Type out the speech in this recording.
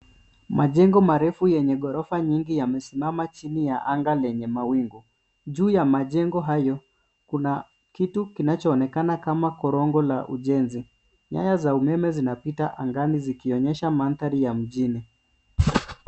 Majengo marefu yenye ghorofa nyingi yamesimama chini ya anga lenye mawingu. Juu ya majengo hayo, kuna kitu kinachoonekana kama korongo la ujenzi . Nyaya za umeme zinapita angani zikionyesha mandhari ya mjini.